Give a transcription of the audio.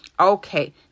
Okay